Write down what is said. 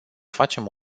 facem